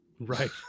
Right